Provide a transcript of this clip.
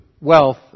wealth